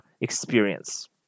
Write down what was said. experience